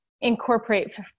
incorporate